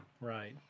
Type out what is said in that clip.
Right